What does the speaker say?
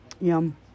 Yum